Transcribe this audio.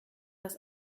das